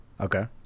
okay